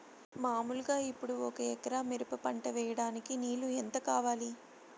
మామూలుగా ఇప్పుడు ఒక ఎకరా మిరప పంట వేయడానికి నీళ్లు ఎంత కావాలి?